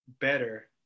better